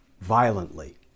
violently